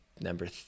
number